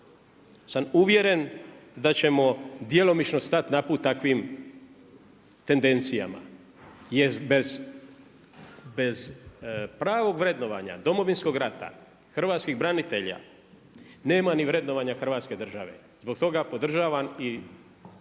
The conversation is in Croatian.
sam uvjeren da ćemo djelomično stati na put takvim tendencijama. Jer bez pravog vrednovanja Domovinskog rata, hrvatskih branitelja nema ni vrednovanja Hrvatske države. Zbog toga podržavam i